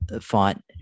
font